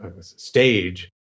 stage